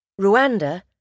Rwanda